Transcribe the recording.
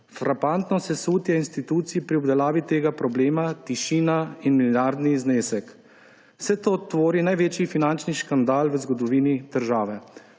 Frapantno sesutje institucij pri obdelavi tega problema diši na milijardni znesek. Vse to tvori največji finančni škandal v zgodovini države.«